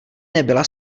nebyla